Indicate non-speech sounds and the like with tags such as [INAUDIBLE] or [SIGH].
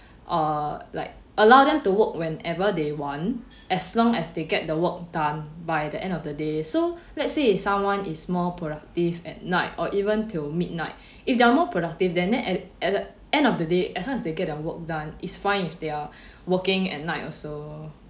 uh like allow them to work whenever they want as long as they get the work done by the end of the day so [BREATH] let's say if someone is more productive at night or even till midnight [BREATH] if they're more productive than that at at the end of the day as long as they get their work done is fine if they are [BREATH] working at night also